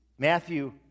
Matthew